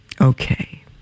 Okay